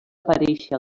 aparèixer